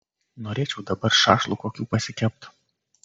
norėčiau dabar šašlų kokių pasikept